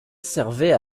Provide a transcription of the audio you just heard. servait